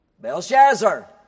Belshazzar